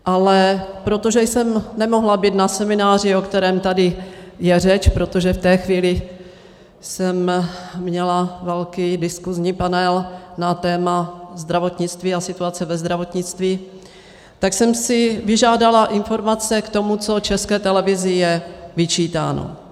Ale protože jsem nemohla být na semináři, o kterém tady je řeč, protože v té chvíli jsem měla velký diskusní panel na téma zdravotnictví a situace ve zdravotnictví, tak jsem si vyžádala informace k tomu, co České televizi je vyčítáno.